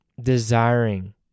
desiring